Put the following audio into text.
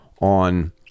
on